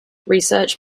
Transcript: research